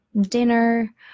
dinner